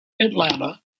Atlanta